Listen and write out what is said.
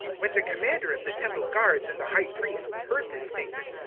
when the commander of the temple guards and the high priests heard this statement,